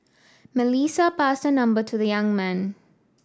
Melissa passed her number to the young man